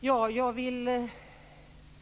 Herr talman!